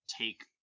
take